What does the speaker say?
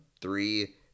three